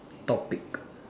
topic